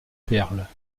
perle